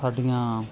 ਸਾਡੀਆਂ